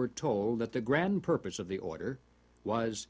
were told that the grand purpose of the order was